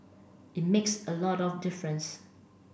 it makes a lot of difference